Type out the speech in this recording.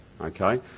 okay